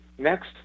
Next